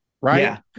right